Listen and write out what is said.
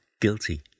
guilty